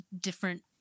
different